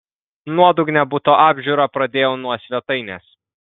nuodugnią buto apžiūrą pradėjau nuo svetainės